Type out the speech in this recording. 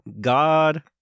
God